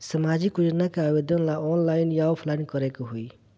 सामाजिक योजना के आवेदन ला ऑनलाइन कि ऑफलाइन करे के होई?